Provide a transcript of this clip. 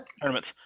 tournaments